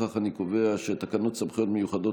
לפיכך אני קובע שתקנות סמכויות מיוחדות